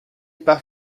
pas